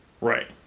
Right